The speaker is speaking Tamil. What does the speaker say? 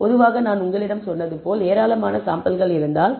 பொதுவாக நான் உங்களிடம் சொன்னது போல் ஏராளமான சாம்பிள்கள் இருந்தால்